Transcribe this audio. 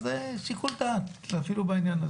אז שיקול דעת, אפילו בעניין הזה.